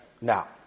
Now